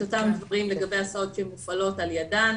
אותם דברים לגבי הסעות שמופעלות על ידן,